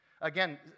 again